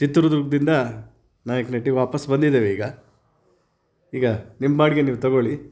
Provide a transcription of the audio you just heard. ಚಿತ್ರದುರ್ಗದಿಂದ ನಾಯಕನಹಟ್ಟಿಗೆ ವಾಪಸ್ಸು ಬಂದಿದ್ದೇವೆ ಈಗ ಈಗ ನಿಮ್ಮ ಬಾಡಿಗೆ ನೀವು ತಗೊಳ್ಳಿ